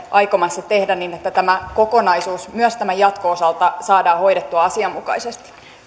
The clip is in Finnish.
aikomassa tehdä niin että tämä kokonaisuus myös tämän jatkon osalta saadaan hoidettua asianmukaisesti